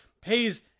pays